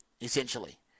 essentially